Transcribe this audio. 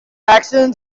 accident